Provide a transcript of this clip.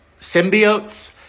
symbiotes